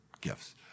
gifts